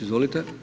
Izvolite.